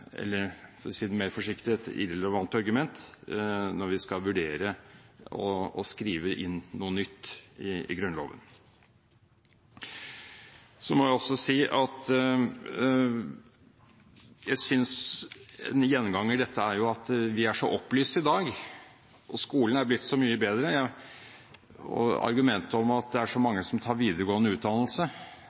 eller ‒ for å si det mer forsiktig ‒ et irrelevant argument når vi skal vurdere å skrive inn noe nytt i Grunnloven. Jeg synes en gjenganger i dette er argumentet om at vi er så opplyste i dag, og skolen er blitt så mye bedre, og så mange tar videregående utdannelse. Når det gjelder gruppen man nå skal innrette valgordningen etter, vil det jo fange opp dem som